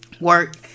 work